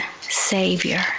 savior